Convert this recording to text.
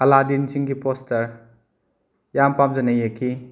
ꯑꯂꯥꯗꯤꯟꯁꯤꯡꯒꯤ poster ꯌꯥꯝꯅ ꯄꯥꯝꯖꯅ ꯌꯦꯛꯈꯤ